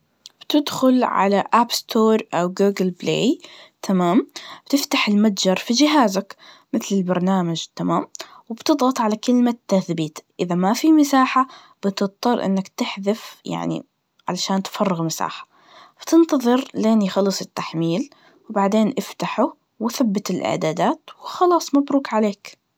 بتدخل على آب ستور أو جوجل بلاي, تمام؟ بتفتح المتجر في جهازك, مثل البرنامج, تمام؟ وبتضغط على كلمة تثبيت, إذا ما في مساحة بتضطر إنك تحذف يعني علشان تفرغ مساحة, بتنتظر لين يخلص التحميل, وبعدين افتحه, وثبت الإعدادات, وخلاص, مبروك عليك.